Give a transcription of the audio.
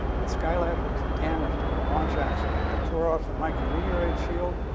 and skylab was damaged in a launch accident that tore off the micro-meteorite shield.